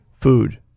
food